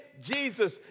Jesus